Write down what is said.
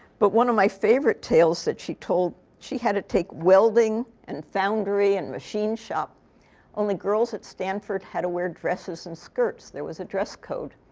but one of my favorite tales that she told, she had to take welding, and foundry, and machine shop only girls at stanford had to wear dresses and skirts. there was a dress code.